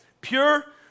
pure